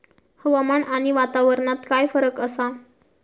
हवामान आणि वातावरणात काय फरक असा?